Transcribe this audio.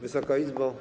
Wysoka Izbo!